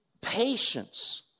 Patience